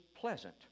pleasant